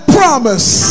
promise